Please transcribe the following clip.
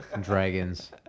dragons